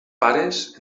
pares